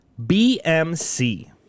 BMC